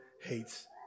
hates